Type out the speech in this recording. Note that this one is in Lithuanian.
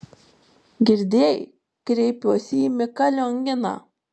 girdėjai kreipiuosi į miką lionginą